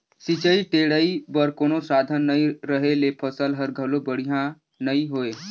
सिंचई टेड़ई बर कोनो साधन नई रहें ले फसल हर घलो बड़िहा नई होय